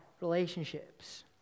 relationships